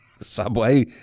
subway